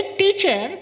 teacher